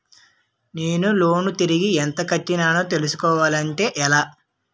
నేను లోన్ తిరిగి ఎంత కట్టానో తెలుసుకోవాలి అంటే ఎలా?